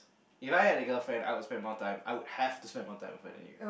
If I had a girlfriend I would spend more time I would have to spend more time with her anyway